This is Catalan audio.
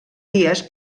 dies